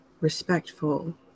respectful